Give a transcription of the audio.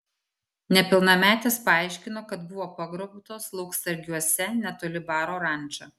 nepilnametės paaiškino kad buvo pagrobtos lauksargiuose netoli baro ranča